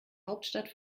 hauptstadt